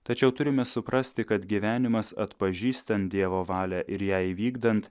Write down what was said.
tačiau turime suprasti kad gyvenimas atpažįstant dievo valią ir ją įvykdant